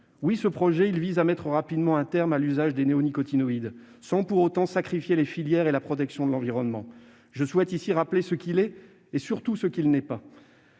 Oui, ce projet de loi vise à mettre rapidement un terme à l'usage des néonicotinoïdes sans pour autant sacrifier les filières et la protection de l'environnement. Je rappellerai donc ce qu'il est et, surtout, ce qu'il n'est pas.